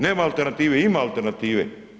Nema alternative, ima alternative.